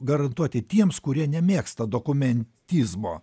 garantuoti tiems kurie nemėgsta dokumentizmo